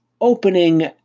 Opening